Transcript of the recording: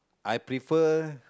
I prefer